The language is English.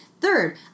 Third